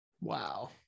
Wow